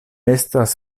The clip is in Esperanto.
estas